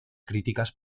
críticas